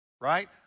right